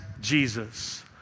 Jesus